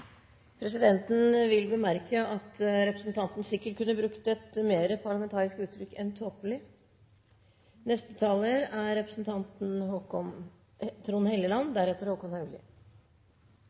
Presidenten vil bemerke at representanten sikkert kunne brukt et mer parlamentarisk uttrykk enn